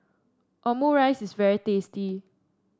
omurice is very tasty